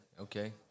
okay